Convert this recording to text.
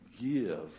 give